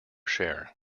share